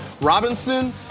Robinson